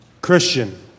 Christian